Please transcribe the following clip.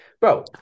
Bro